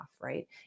right